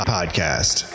Podcast